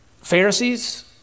Pharisees